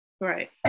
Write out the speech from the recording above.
Right